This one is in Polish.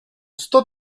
sto